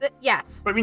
Yes